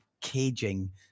caging